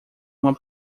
uma